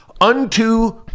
unto